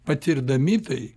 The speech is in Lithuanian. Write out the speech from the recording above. patirdami tai